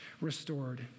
restored